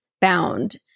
bound